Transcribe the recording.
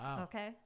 okay